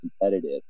competitive